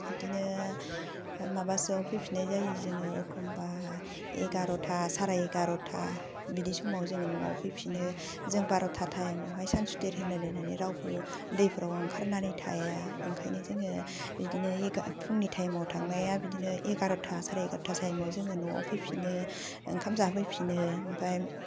बिदिनो माबासोआव फैफिननाय जायो जोङो एखम्बा एगारथा साराय एगारथा बिदि समाव जों न'आव फैफिनो जों बारथा थाइमाव हाय सानसुथेर होनलाय लायनानै रावबो ओंखारनानै थाया ओंखायनो जोङो बिदिनो फुंनि थाइमाव थांनाया बिदिनो एगारथा साराय एगारथा समाव जों नयाव फैफिनो ओंखाम जाफैफिनो ओमफ्राय